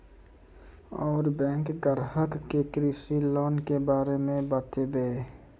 और बैंक ग्राहक के कृषि लोन के बारे मे बातेबे?